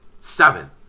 Seven